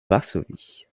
varsovie